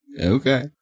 Okay